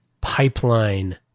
pipeline